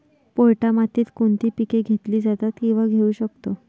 पोयटा मातीत कोणती पिके घेतली जातात, किंवा घेऊ शकतो?